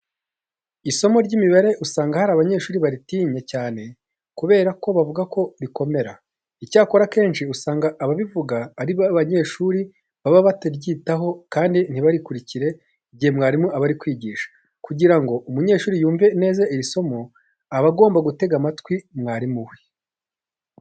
Isomo ry'imibare usanga hari abanyeshuri baritinya cyane kubera ko bavuga ko rikomera. Icyakora akenshi usanga ababivuga ari ba banyeshuri baba bataryitaho kandi ntibakurikire igihe mwarimu aba ari kwigisha. Kugira ngo umunyeshuri yumve neza iri somo, aba agomba gutega amatwi mwarimu we.